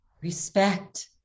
respect